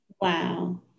Wow